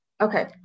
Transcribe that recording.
Okay